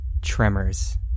tremors